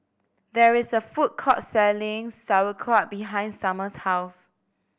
there is a food court selling Sauerkraut behind Summer's house